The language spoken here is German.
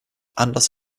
anders